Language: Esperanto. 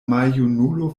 maljunulo